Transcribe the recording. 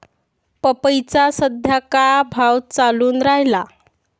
पपईचा सद्या का भाव चालून रायला?